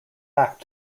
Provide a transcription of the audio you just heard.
back